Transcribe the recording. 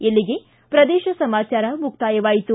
ಇಲ್ಲಿಗೆ ಪ್ರದೇಶ ಸಮಾಚಾರ ಮುಕ್ತಾಯವಾಯಿತು